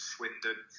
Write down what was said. Swindon